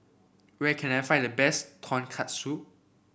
where can I find the best Tonkatsu